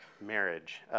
marriage